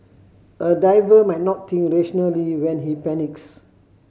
a diver might not think rationally when he panics